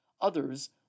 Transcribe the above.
Others